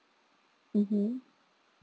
mmhmm